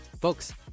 folks